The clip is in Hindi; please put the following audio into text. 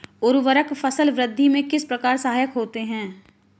उर्वरक फसल वृद्धि में किस प्रकार सहायक होते हैं?